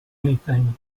anything